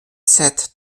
sept